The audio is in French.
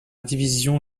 division